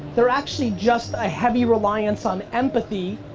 they're actually just a heavy reliance on empathy,